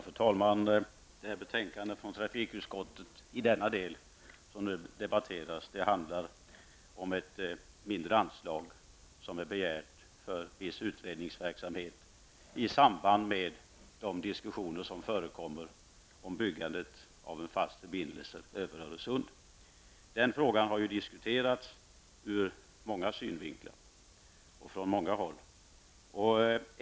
Fru talman! Den del av trafikutskottets betänkande nr10 som nu debatteras gäller ett mindre anslag som har begärts för viss utredningsverksamhet i samband med de diskussioner som förekommer om byggandet av en fast förbindelse över Öresund. Den frågan har diskuterats ur många synvinklar och från många håll.